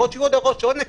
אולי יהיו עוד הערות שנקבל,